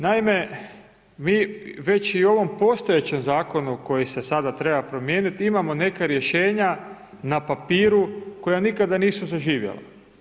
Naime, mi već i u ovom postojećem zakonu, koji se sada treba promijeniti, ima neka rješenja, na papiru, koja nikada nisu zaživjela.